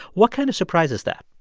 what kind of surprise is that?